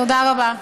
תודה רבה.